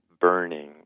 Burning